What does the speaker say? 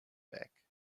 back